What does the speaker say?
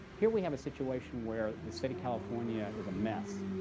here we have a situation where the state of california is a mess,